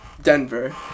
Denver